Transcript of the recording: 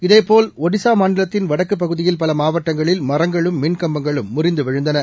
இதேபோல் ஒடிசாமாநிலத்தின் வடக்குப் பகுதியில் பலமாவட்டங்களில் மரங்களும் மின் கம்பங்களும் முறிந்துவிழுந்தன